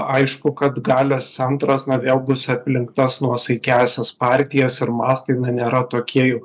aišku kad galios centras na vėl bus aplink tas nuosaikiąsias partijas ir mastai na nėra tokie jau